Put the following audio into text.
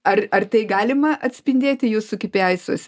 ar ar tai galima atspindėti jų sukipeiaisuose